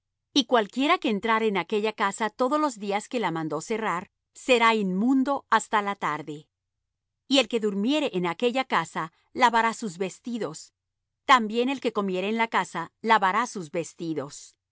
y cualquiera que entrare en aquella casa todos los días que la mandó cerrar será inmundo hasta la tarde y el que durmiere en aquella casa lavará sus vestidos también el que comiere en la casa lavará sus vestidos